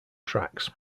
tracks